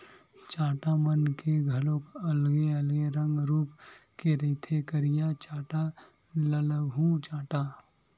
चाटा मन के घलोक अलगे अलगे रंग रुप के रहिथे करिया चाटा, ललहूँ चाटा